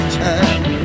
time